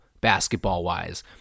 basketball-wise